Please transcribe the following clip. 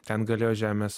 ten galėjo žemės